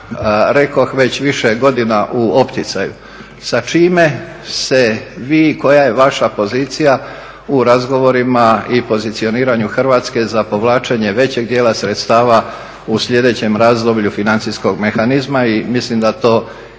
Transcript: rekoh već više godina u opticaju. Sa čime se vi i koja je vaša pozicija u razgovorima i pozicioniranju Hrvatske za povlačenje većeg dijela sredstava u sljedećem razdoblju financijskog mehanizma i mislim da to i